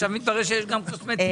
עכשיו מתברר שיש גם קוסמטיקאיות.